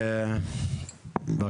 אנחנו מצטערים מראש שלא נוכל לשמוע את כולם,